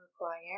require